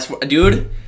Dude